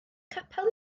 capel